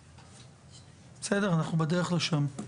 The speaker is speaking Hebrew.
בסדר, אנחנו בדרך לשם.